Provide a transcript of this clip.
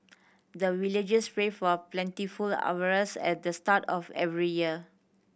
the villagers pray for plentiful at the start of every year